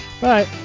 Bye